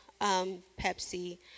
Pepsi